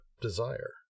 desire